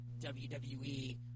WWE